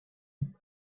his